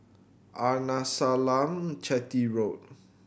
Arnasalam Chetty Road